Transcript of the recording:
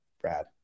Brad